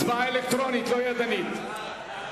הצבעה אלקטרונית, לא ידנית.